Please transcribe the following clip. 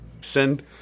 Send